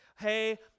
hey